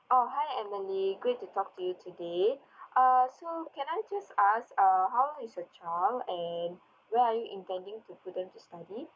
oh hi emily great to talk to you today uh so can I just ask uh how old is your child and where are you intending to put them to study